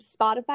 Spotify